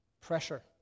Pressure